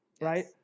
right